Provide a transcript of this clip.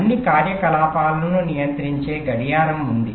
అన్ని కార్యకలాపాలను నియంత్రించే గడియారం ఉంది